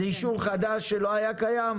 זה אישור חדש שלא היה קיים.